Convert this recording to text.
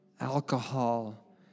alcohol